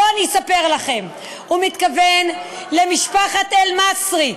בואו אספר לכם: הוא מתכוון למשפחת אל-מסרי,